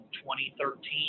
2013